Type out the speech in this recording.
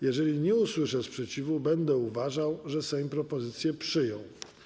Jeżeli nie usłyszę sprzeciwu, będę uważał, że Sejm propozycje przyjął.